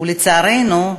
ולצערנו,